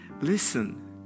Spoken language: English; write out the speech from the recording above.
Listen